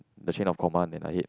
the chain of command and I hate